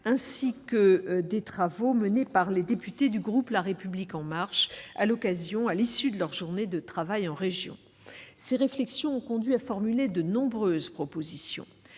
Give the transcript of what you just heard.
ainsi que de ceux menés par les députés du groupe La République En Marche à l'issue de leurs journées de travail en région. Ces réflexions ont conduit à formuler de nombreuses propositions.